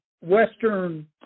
Western